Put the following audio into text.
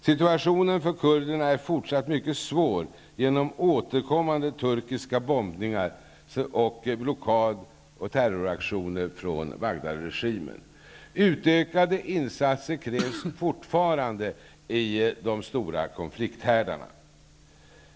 Situationen för kurderna är fortsatt mycket svår genom återkommande turkiska bombningar samt blockad och terroraktioner från Bagdadregimen. Utökade insatser krävs fortfarande i de stora konflikthärdarna.